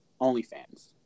OnlyFans